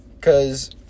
Cause